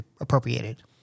appropriated